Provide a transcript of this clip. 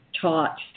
taught